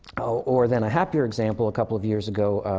or then a happier example, a couple of years ago,